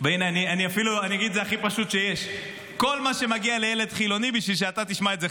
אני אגיד את זה הכי פשוט שיש בשביל שאתה תשמע את זה,